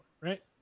Right